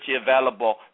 available